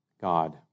God